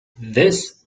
this